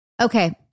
Okay